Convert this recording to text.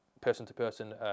person-to-person